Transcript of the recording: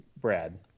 Brad